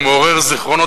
הוא מעורר זיכרונות,